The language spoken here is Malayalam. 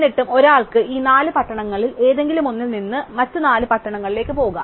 എന്നിട്ടും ഒരാൾക്ക് ഈ നാല് പട്ടണങ്ങളിൽ ഏതെങ്കിലും ഒന്നിൽ നിന്നു നിന്ന് മറ്റ് നാല് പട്ടണങ്ങളിലേക്ക് പോകാം